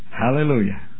Hallelujah